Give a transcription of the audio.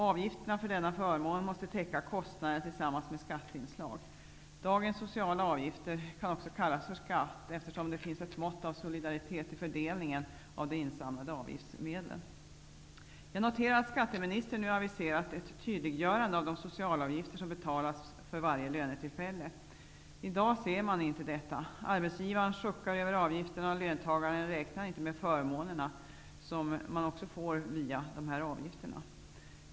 Avgifterna för denna förmån måste täcka kostnaderna tillsammans med skatte inslag. Dagens sociala avgifter kan också kallas för skatt, eftersom det finns ett mått av solidaritet i fördelningen av de insamlade avgiftsmedlen. Jag noterar att skatteministern nu aviserat ett tydliggörande av de socialavgifter som betalas för varje lönetillfälle. I dag ser man inte detta; arbets givaren suckar över avgifterna, och löntagarna räknar inte med de förmåner som ges via dessa av gifter.